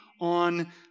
on